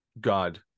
God